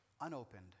unopened